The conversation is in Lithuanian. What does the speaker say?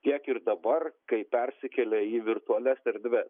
tiek ir dabar kai persikėlė į virtualias erdves